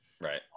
right